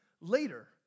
later